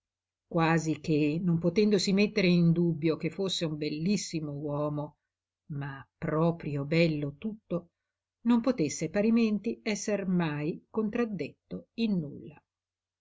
quasi che non potendosi mettere in dubbio che fosse un bellissimo uomo ma proprio bello tutto non potesse parimenti esser mai contraddetto in nulla